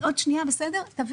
לא נכון.